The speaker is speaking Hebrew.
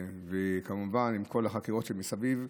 כמובן שעם כל החקירות שמסביב,